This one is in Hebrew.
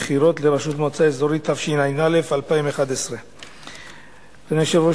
התשע"א 2011. אדוני היושב-ראש,